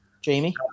Jamie